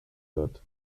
wird